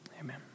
Amen